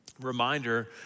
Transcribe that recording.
reminder